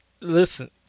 Listen